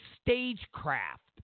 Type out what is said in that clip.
stagecraft